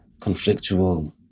conflictual